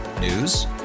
News